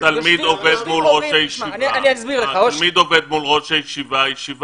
התלמיד עומד מול ראש הישיבה.